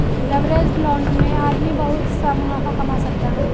leveraged loan में आदमी बहुत सा मुनाफा कमा सकता है